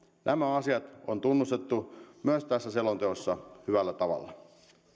nämä asiat on tunnustettu myös tässä selonteossa hyvällä tavalla